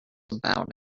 about